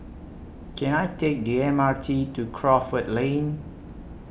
Can I Take The M R T to Crawford Lane